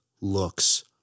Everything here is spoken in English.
looks